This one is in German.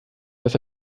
dass